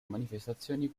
manifestazioni